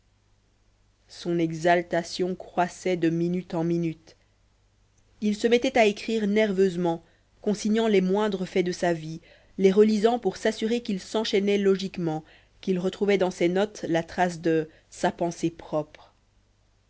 son exaltation croissait de minute en minute il se mettait à écrire nerveusement consignant les moindres faits de sa vie les relisant pour s'assurer qu'ils s'enchaînaient logiquement qu'il retrouvait dans ses notes la trace de sa pensée propre